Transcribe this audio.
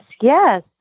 yes